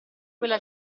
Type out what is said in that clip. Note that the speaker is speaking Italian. quella